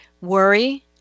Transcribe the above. worry